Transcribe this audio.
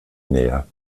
näher